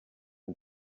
une